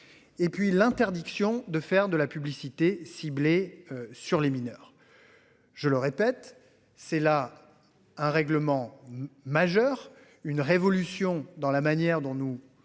et puis l'interdiction de faire de la publicité ciblée sur les mineurs. Je le répète, c'est là un règlement majeure, une révolution dans la manière dont nous